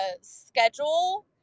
schedule